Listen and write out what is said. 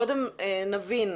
קודם נבין,